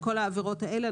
לכל העבירות האלה,